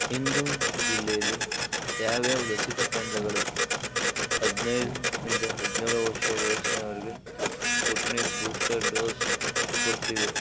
ಇಂದೋರ್ ಜಿಲ್ಲೆಲಿ ಯಾವ್ಯಾವ ಲಸಿಕಾ ಕೇಂದ್ರಗಳು ಹದ್ನೈದು ಇಂದ ಹದಿನೇಳು ವರ್ಷ ವಯಸ್ಸಿನವರಿಗೆ ಸ್ಮೋಟ್ಲಿಂಗ್ ಬೂಸ್ಟರ್ ಡೋಸ್ ಕೊಡ್ತೀವಿ